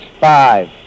Five